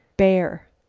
bear!